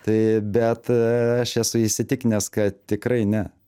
tai bet aš esu įsitikinęs kad tikrai ne